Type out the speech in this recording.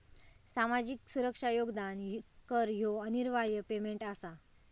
सामाजिक सुरक्षा योगदान कर ह्यो अनिवार्य पेमेंट आसा